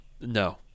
no